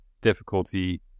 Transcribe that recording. difficulty